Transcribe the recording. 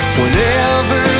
whenever